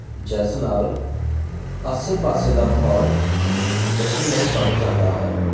ਜਿਸ ਨਾਲ ਆਸੇ ਪਾਸੇ ਦਾ ਮਾਹੌਲ ਜਸ਼ਨਮਈ ਬਣ ਜਾਂਦਾ ਹੈ